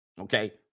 okay